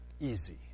easy